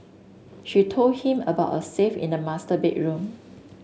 she told him about a safe in the master bedroom